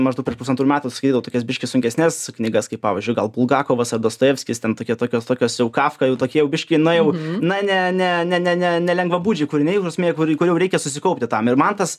maždaug prieš pusantrų metų skaitydavau tokias biški sunkesnes knygas kaip pavyzdžiui gal bulgakovas dostojevskis ten tokie tokios tokios jau kafka jau tokie biškį na jau na ne ne ne ne ne nelengvabūdžiai kūriniai ta prasme kur kur jau reikia susikaupti tam ir man tas